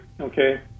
okay